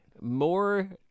more